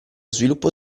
sviluppo